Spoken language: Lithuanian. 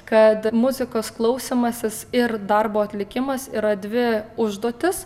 kad muzikos klausymasis ir darbo atlikimas yra dvi užduotys